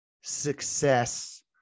success